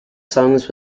songs